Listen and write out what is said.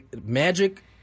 Magic